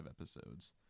episodes